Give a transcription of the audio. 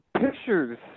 pictures